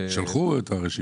שלחו את הרשימה.